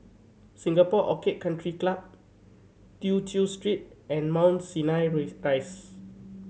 Singapore Orchid Country Club Tew Chew Street and Mount Sinai raise Rise